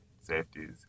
safeties